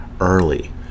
early